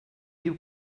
diu